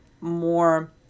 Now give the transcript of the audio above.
more